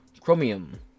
Chromium